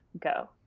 go